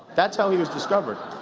that's how he was discovered.